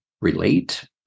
relate